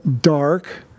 dark